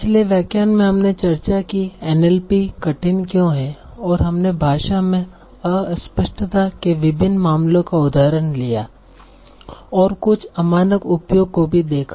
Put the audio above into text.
पिछले व्याख्यान में हमने चर्चा की एनएलपी कठिन क्यों है और हमने भाषा में अस्पष्टता के विभिन्न मामलों का उदाहरण लिया और कुछ अमानक उपयोग को भी देखा